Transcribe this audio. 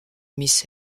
miss